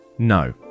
No